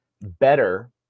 better